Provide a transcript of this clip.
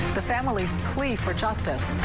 the family's plea for justice.